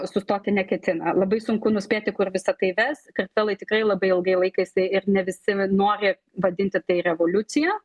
sustoti neketina labai sunku nuspėti kur visa tai ves kartvelai tikrai labai ilgai laikėsi ir ne visi nori vadinti tai revoliucija